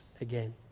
again